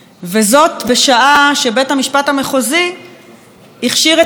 וזאת בשעה שבית המשפט המחוזי הכשיר את המאחז